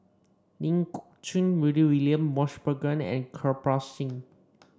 Ling Geok Choon Rudy William Mosbergen and Kirpal Singh